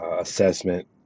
assessment